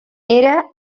era